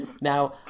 Now